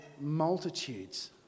multitudes